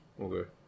Okay